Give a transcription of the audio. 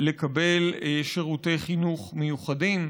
לקבל שירותי חינוך מיוחדים.